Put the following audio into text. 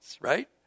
right